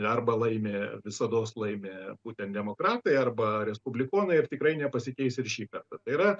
arba laimi visados laimi būtent demokratai arba respublikonai ir tikrai nepasikeis ir šį kartą tai yra